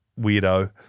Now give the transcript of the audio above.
weirdo